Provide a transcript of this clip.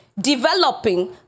developing